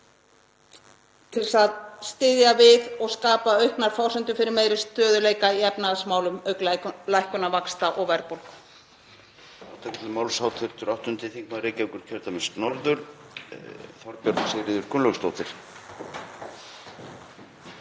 til að styðja við og skapa auknar forsendur fyrir meiri stöðugleika í efnahagsmálum, auk lækkunar vaxta og verðbólgu.